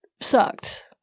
sucked